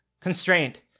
Constraint